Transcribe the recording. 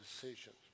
decisions